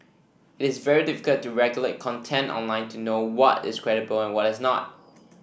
it's very difficult to regulate content online to know what is credible and what is not